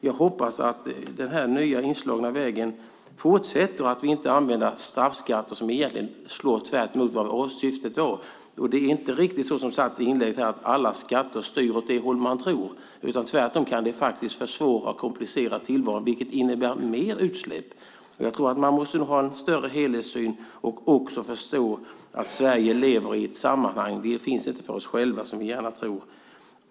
Jag hoppas att vi fortsätter på den här nya inslagna vägen så att vi inte använder straffskatter som egentligen slår tvärtemot vad syftet var. Det är inte riktigt så, som sades i inlägget här, att alla skatter styr åt det håll som man tror, utan tvärtom kan det faktiskt försvåra och komplicera tillvaron och innebära mer utsläpp. Jag tror att man måste ha en bredare helhetssyn och också förstå att Sverige är del av ett sammanhang. Vi finns inte för oss själva, vilket vi gärna tror.